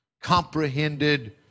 comprehended